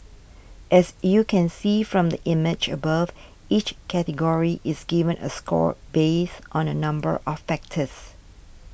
as you can see from the image above each category is given a score based on a number of factors